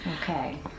Okay